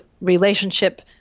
relationship